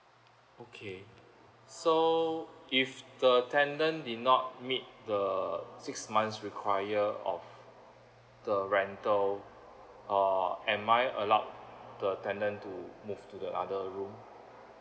okay so if the tenant did not meet the six months require of the rental uh am I allowed the tenant to move to the other room